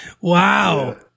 Wow